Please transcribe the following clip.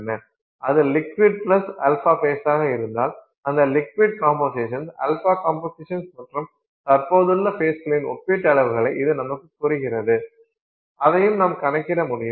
அது liquid plus α ஃபேஸாக இருந்தால் அந்த லிக்விட் கம்போசிஷன் α கம்போசிஷன் மற்றும் தற்போதுள்ள ஃபேஸ்களின் ஒப்பீட்டு அளவுகளை இது நமக்குக் கூறுகிறது அதையும் நாம் கணக்கிட முடியும்